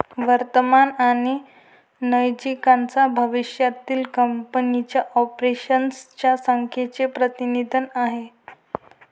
वर्तमान आणि नजीकच्या भविष्यातील कंपनीच्या ऑपरेशन्स च्या संख्येचे प्रतिनिधित्व आहे